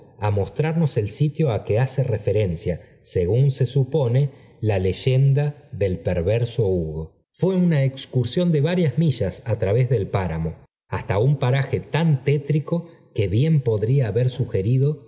mostrarnos el sitio á que hace referencia según se supone la leyenda del perverso hugo fué una excursión de varias millas á través del páramo hasta un paraje tan tétrico que bien podría haber sugerido